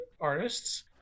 artists